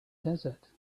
desert